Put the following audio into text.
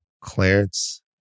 Clarence